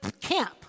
camp